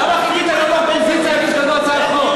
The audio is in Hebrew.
למה חיכית להיות באופוזיציה כדי לשנות, ?